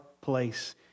place